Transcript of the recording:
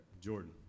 Jordan